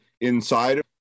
inside